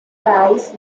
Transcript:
price